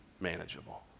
manageable